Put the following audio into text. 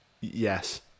Yes